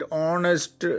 honest